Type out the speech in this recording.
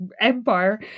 empire